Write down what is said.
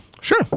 Sure